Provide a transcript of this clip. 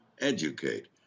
educate